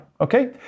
okay